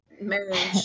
marriage